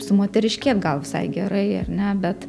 sumoteriškėt gal visai gerai ar ne bet